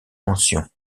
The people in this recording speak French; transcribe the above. mentions